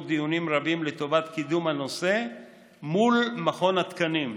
דיונים רבים לטובת קידום הנושא מול מכון התקנים,